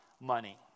money